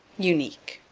unique.